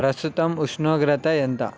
ప్రస్తుతం ఉష్ణోగ్రత ఎంత